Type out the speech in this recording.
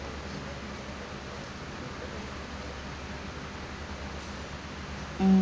mm